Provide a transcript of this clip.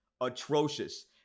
Atrocious